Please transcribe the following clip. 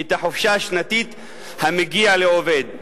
את החופשה השנתית המגיע לעובד,